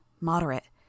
moderate